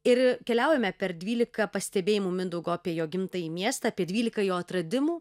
ir keliaujame per dvylika pastebėjimų mindaugo apie jo gimtąjį miestą apie dvylika jo atradimų